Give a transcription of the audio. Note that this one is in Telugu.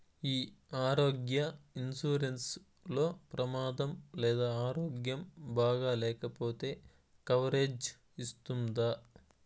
ఈ ఆరోగ్య ఇన్సూరెన్సు లో ప్రమాదం లేదా ఆరోగ్యం బాగాలేకపొతే కవరేజ్ ఇస్తుందా?